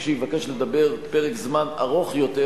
מי שיבקש לדבר פרק זמן ארוך יותר,